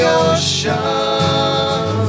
ocean